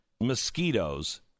mosquitoes